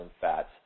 fats